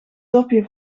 dopje